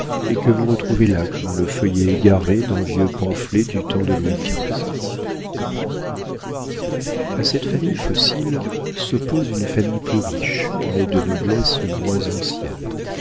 et que vous retrouvez là comme le feuillet égaré d'un vieux pamphlet du temps de louis xv a cette famille fossile s'oppose une famille plus riche mais de noblesse moins ancienne